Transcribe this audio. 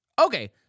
Okay